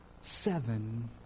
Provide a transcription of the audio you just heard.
seven